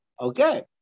okay